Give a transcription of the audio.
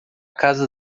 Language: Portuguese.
casa